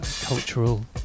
cultural